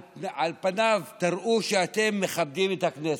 על פניו, תראו שאתם מכבדים את הכנסת,